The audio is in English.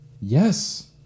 yes